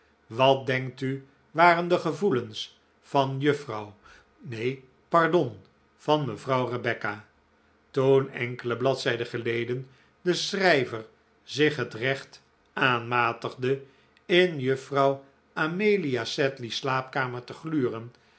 wat denkt u waren de gevoelens van juffrouw nee pardon van mevrouw rebecca toen enkele bladzijden geleden de schrijver zich het recht aanmatigde in juffrouw amelia sedley's slaapkamer te gluren